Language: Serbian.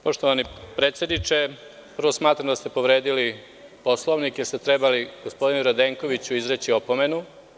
Poštovani predsedniče, smatram da ste povredili Poslovnik jer ste trebali gospodinu Radenkoviću izreći opomenu.